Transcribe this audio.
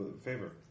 favor